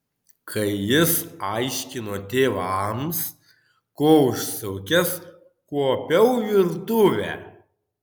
kai jis aiškino tėvams ko užsukęs kuopiau virtuvę